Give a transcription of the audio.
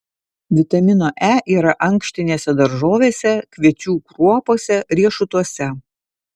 vitamino e yra ankštinėse daržovėse kviečių kruopose riešutuose